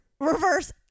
reverse